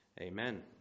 Amen